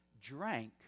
drank